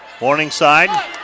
Morningside